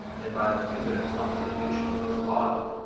than by the primitive constitution of his body.